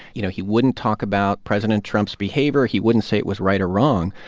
you know, he wouldn't talk about president trump's behavior. he wouldn't say it was right or wrong.